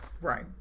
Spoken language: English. right